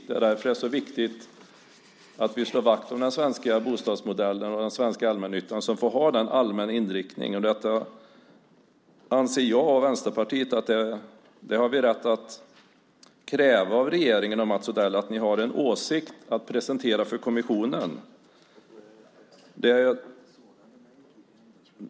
Det är därför det är så viktigt att vi slår vakt om den svenska bostadsmodellen och den svenska allmännyttan, så att vi får ha den allmänna inriktningen. Jag och Vänsterpartiet anser att vi har rätt att kräva av regeringen och Mats Odell att ni har en åsikt att presentera för kommissionen.